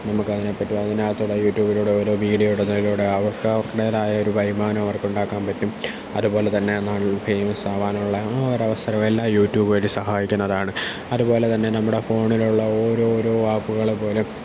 നമക്കതിനെപ്പറ്റി അതിനകത്തുകൂടെ യൂട്യൂബിലൂടെ ഓരോ വീഡിയോ ഇടുന്നതിലൂടെ അവർക്ക് അവരുടേതായ ഒരു വരുമാനം അവർക്കുണ്ടാക്കാൻ പറ്റും അതുപോലെ തന്നെ നമ്മൾ ഫേമസാവാനുള്ള ആ ഒരവസരം എല്ലാ യുട്യൂബ് സഹായിക്കുന്നതാണ് അതുപോലെത്തന്നെ നമ്മുടെ ഫോണിലുള്ള ഓരോരോ ആപ്പുകൾ പോലും